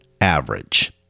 average